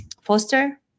foster